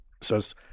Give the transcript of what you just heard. says